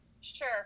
sure